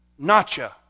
nacha